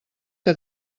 que